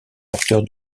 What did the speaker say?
porteur